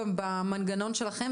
יש לכם את המאגר הזה?